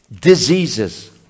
diseases